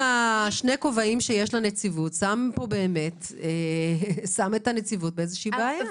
אבל עצם שני הכובעים שיש לנציבות שם את הנציבות באיזושהי בעיה.